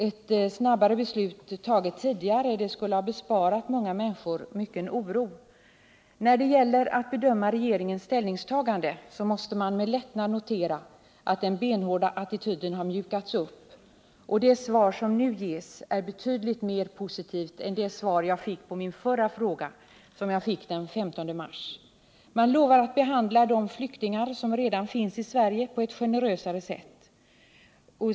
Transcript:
Ett snabbare beslut skulle dock ha inbesparat många människor mycken oro. När det gäller att bedöma regeringens ställningstagande måste man med lättnad notera att den benhårda attityden har mjukats upp. Det svar som nu ges är betydligt mer positivt än det som jag fick på min förra fråga, som besvarades den 15 mars. Man lovar nu att behandla de flyktingar som redan finns i Sverige på ett generösare sätt.